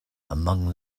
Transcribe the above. among